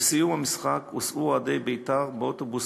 בסיום המשחק הוסעו אוהדי "בית"ר" באוטובוס